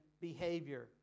behavior